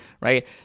right